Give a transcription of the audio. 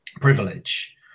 privilege